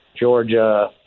Georgia